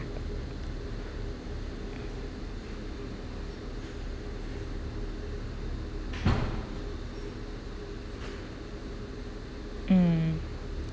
mm